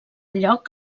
lloc